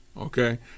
Okay